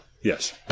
yes